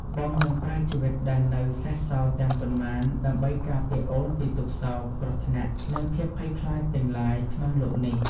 បងនឹងប្រើជីវិតដែលនៅសេសសល់ទាំងប៉ុន្មាន ដើម្បីការពារអូនពីទុក្ខសោក គ្រោះថ្នាក់ និងភាពភ័យខ្លាចទាំងឡាយក្នុងលោកនេះ។